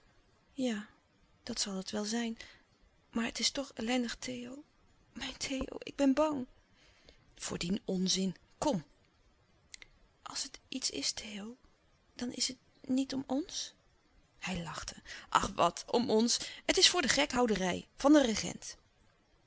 ja dat zal het wel zijn maar het is toch ellendig theo mijn theo ik ben bang voor dien onzin kom als het iets is theo dan is het niet om ons hij lachte ach wat om ons het is voor den gek houderij van den regent